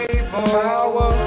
Power